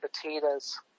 potatoes